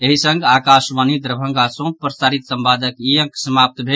एहि संग आकाशवाणी दरभंगा सँ प्रसारित संवादक ई अंक समाप्त भेल